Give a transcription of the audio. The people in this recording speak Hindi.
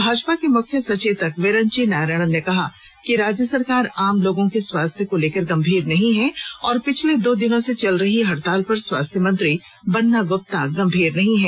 भाजपा के मुख्य सचेतक विरंची नारायाण ने कहा है कि राज्य सरकार आम लोगों के स्वास्थ्य को लेकर गंभीर नहीं है और पिछले दो दिनों से चल रही हडताल पर स्वास्थ्य मंत्री बन्ना गुप्ता गंभीर नहीं हैं